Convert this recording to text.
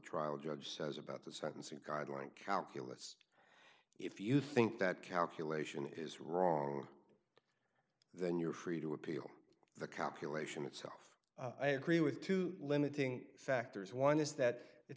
judge says about the sentencing guidelines calculus if you think that calculation is wrong then you're free to appeal the calculation itself i agree with two limiting factors one is that it